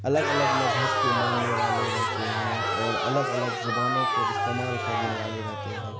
الگ الگ مذہب کے ماننے والے رہتے ہیں اور الگ الگ زبانوں کو استعمال کرنے والے رہتے ہیں